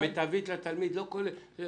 "מיטבי לתלמיד" זה לא כולל בטיחות?